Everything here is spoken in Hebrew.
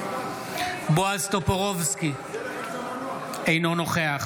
בועז טופורובסקי, אינו נוכח